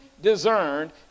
discerned